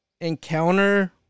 Encounter